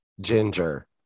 ginger